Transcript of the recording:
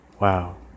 wow